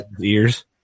ears